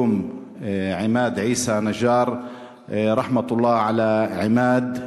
עימאד עיסא נג'אר רחמי האל על עימאד.